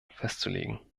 festzulegen